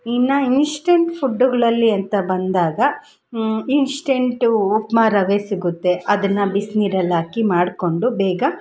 ಇನ್ನು ಇನ್ಶ್ಟೆಂಟ್ ಫುಡ್ಡುಗಳಲ್ಲಿ ಅಂತ ಬಂದಾಗ ಇನ್ಶ್ಟೆಂಟು ಉಪ್ಮಾ ರವೆ ಸಿಗುತ್ತೆ ಅದನ್ನು ಬಿಸ್ನೀರಲ್ಲಿ ಹಾಕಿ ಮಾಡಿಕೊಂಡು ಬೇಗ